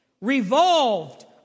revolved